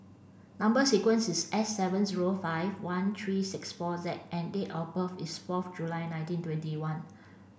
number sequence is S seven zero five one three six four Z and date of birth is fourth July one nineteen twenty one